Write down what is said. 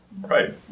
Right